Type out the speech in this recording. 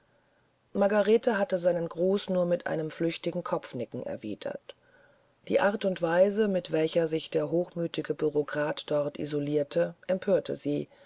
margarete hatte seinen gruß nur mit einem flüchtigen kopfnicken erwidert die art und weise mit welcher sich der hochmütige büreaukrat dort isolierte empörte sie